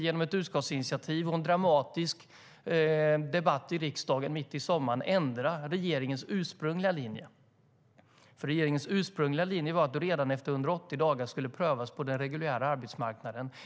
Genom ett utskottsinitiativ och en dramatisk debatt i riksdagen mitt i sommaren lyckades vi ändra regeringens ursprungliga linje, som var att du redan efter 180 dagar skulle prövas på den reguljära arbetsmarknaden.